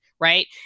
right